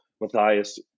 Matthias